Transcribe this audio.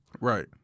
Right